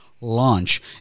launch